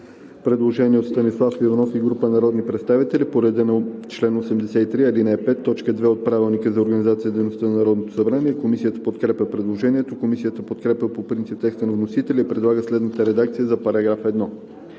предложение от Станислав Иванов и група народни представители по реда на чл. 83, ал. 5, т. 2 от Правилника. Комисията подкрепя предложението. Комисията подкрепя по принцип текста на вносителя и предлага следната редакция за § 13: „§ 13.